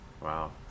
Wow